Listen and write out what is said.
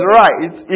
right